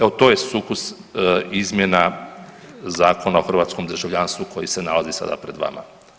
Evo, to je sukus izmjena Zakona o hrvatskom državljanstvu koji se nalazi sada pred vama.